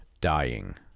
dying